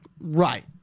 Right